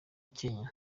kenya